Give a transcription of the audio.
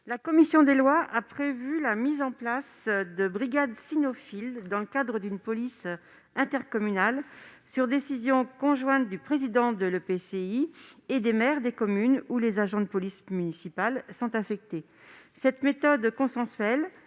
La commission des lois a prévu la mise en place de brigades cynophiles dans le cadre d'une police intercommunale sur décision conjointe du président de l'EPCI et des maires des communes où les agents de police municipale sont affectés. Cette méthode consensuelle